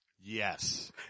Yes